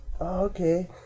okay